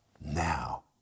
Now